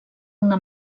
una